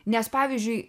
nes pavyzdžiui